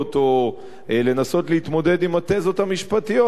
או לנסות להתמודד עם התזות המשפטיות,